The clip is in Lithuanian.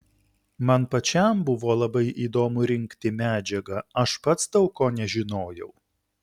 man pačiam buvo labai įdomu rinkti medžiagą aš pats daug ko nežinojau